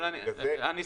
אבל אני אסיים,